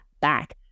back